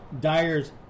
Dyer's